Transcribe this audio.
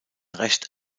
recht